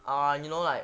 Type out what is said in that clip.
err know like